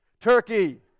Turkey